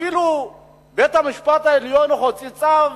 אפילו בית-המשפט העליון הוציא צו,